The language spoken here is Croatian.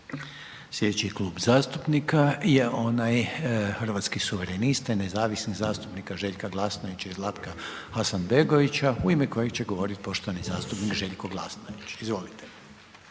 bit Klub zastupnika Hrvatskih suverenista i nezavisnih zastupnika Željka Glasnovića i Zlatka Hasanbegovića, a trebao je govorit poštovani zastupnik Hrvoje Zekanović, nema